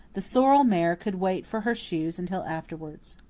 the sorrel mare could wait for her shoes until afterwards.